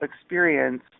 experience